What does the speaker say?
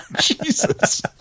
Jesus